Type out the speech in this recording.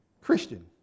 Christian